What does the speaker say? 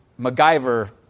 MacGyver